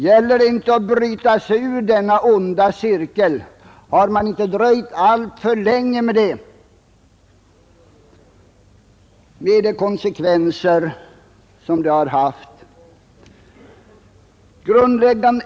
Gäller det inte att bryta sig ur denna onda cirkel? Har man inte dröjt alltför länge med det, med de konsekvenser som det har haft?